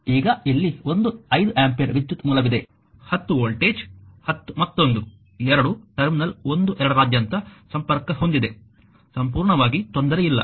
ಈಗ ಇಲ್ಲಿ ಒಂದು 5 ಆಂಪಿಯರ್ ವಿದ್ಯುತ್ ಮೂಲವಿದೆ 10 ವೋಲ್ಟೇಜ್ 10 ಮತ್ತೊಂದು ಎರಡೂ ಟರ್ಮಿನಲ್ 1 2 ರಾದ್ಯಂತ ಸಂಪರ್ಕ ಹೊಂದಿವೆ ಸಂಪೂರ್ಣವಾಗಿ ತೊಂದರೆ ಇಲ್ಲ